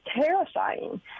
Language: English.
terrifying